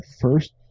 first